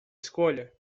escolha